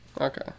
Okay